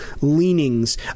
leanings